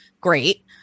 great